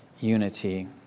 unity